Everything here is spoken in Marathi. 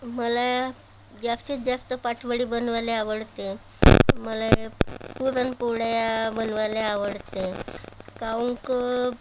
मला जास्तीत जास्त पाटवडी बनवायला आवडते मला हे पुरणपोळ्या बनवायला आवडते काहून कं